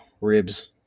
Ribs